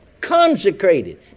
consecrated